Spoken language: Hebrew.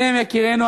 אתם יקירינו,